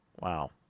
Wow